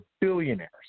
billionaires